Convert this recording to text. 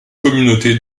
communauté